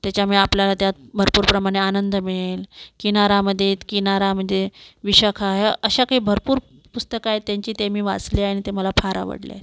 त्याच्यामुळे आपल्याला त्यात भरपूर प्रमाणे आनंद मिळेल किनारामधे किनारा म्हणजे विशाखा या अशा काही भरपूर पुस्तकं आहेत त्यांची त्या मी वाचल्या आणि त्या मला फार आवडल्या आहेत